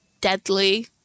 deadly